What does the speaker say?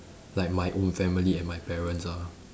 like my own family and my parents ah